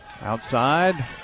outside